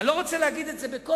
אני לא רוצה להגיד את זה בקול,